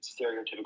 stereotypical